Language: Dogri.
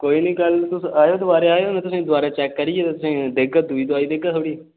कोई नेईं कल तुस आएओ दबारा आएओ में तुसेंगी दोबारा चैक करियै देगा दूई दवाई देगा थोह्ड़ी